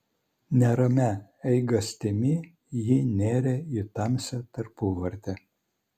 neramia eigastimi ji nėrė į tamsią tarpuvartę